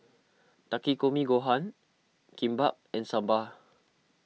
Takikomi Gohan Kimbap and Sambar